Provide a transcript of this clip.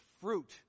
fruit